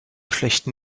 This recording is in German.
schlechten